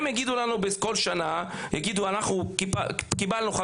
הם יגידו לנו כל שנה כמה פניות הם קיבלו,